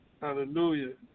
Hallelujah